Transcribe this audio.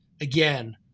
again